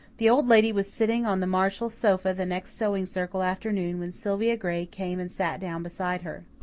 the old lady was sitting on the marshall sofa the next sewing circle afternoon when sylvia gray came and sat down beside her.